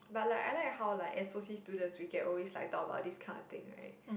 but like I like hall like S_O_C students we can always like talk about these kind of thing right